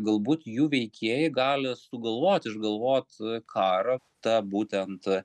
galbūt jų veikėjai gali sugalvoti išgalvot karą ta būtent